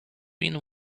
been